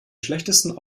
schlechtesten